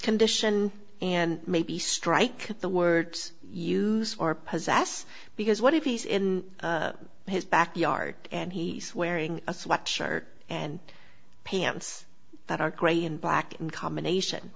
condition and maybe strike the words used or possess because what if he's in his backyard and he's wearing a sweatshirt and pants that are great and black in combination